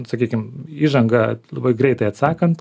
sakykim įžanga labai greitai atsakant